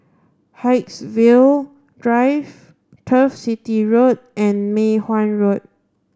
Haigsville Drive Turf City Road and Mei Hwan Road